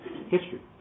history